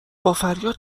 بافریاد